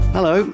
Hello